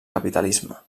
capitalisme